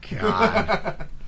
God